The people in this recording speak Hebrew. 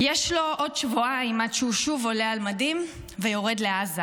יש לו עוד שבועיים עד שהוא שוב עולה על מדים ויורד לעזה.